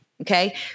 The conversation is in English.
Okay